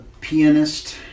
pianist